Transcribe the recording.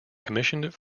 commissioned